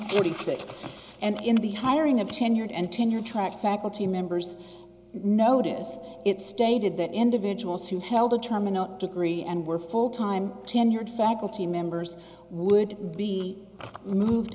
thirty six and in the hiring of tenured and tenure track faculty members notice it stated that individuals who held a trauma not degree and were full time tenured faculty members would be removed